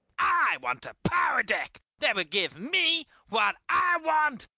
i want a power deck that will give me what i want,